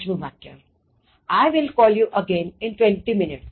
પાંચમું વાક્ય I'll call you again in twenty minutes